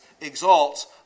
exalts